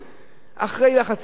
אחרי לחצים גדולים מאוד,